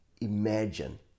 imagine